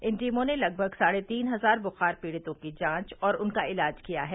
इन टीमों ने लगभग साढे तीन हजार बुखार पीडितों की जांच और उनका इलाज किया है